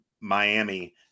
Miami